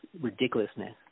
ridiculousness